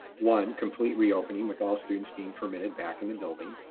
one complete reopening with all students being permitted back in the building.